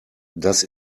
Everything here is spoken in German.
das